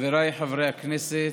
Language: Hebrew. חבריי חברי הכנסת,